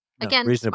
again